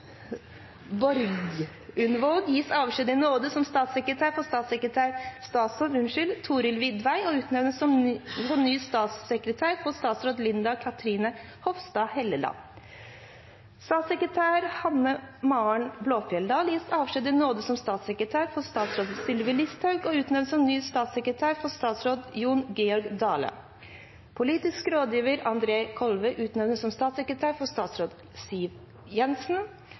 gis avskjed i nåde som statssekretær for statsråd Thorhild Widvey og utnevnes på ny som statssekretær for statsråd Linda Cathrine Hofstad Helleland. 19. Statssekretær Hanne Maren Blåfjelldal gis avskjed i nåde som statssekretær for statsråd Sylvi Listhaug og utnevnes på ny som statssekretær for statsråd Jon Georg Dale. 20. Politisk rådgiver André Kolve utnevnes til statssekretær for statsråd Siv Jensen.